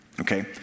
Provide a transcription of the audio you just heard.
okay